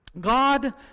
God